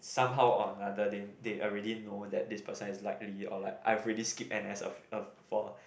some how or other they already know that this person has likely or like i've already skip n_s a a for